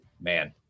man